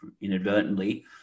inadvertently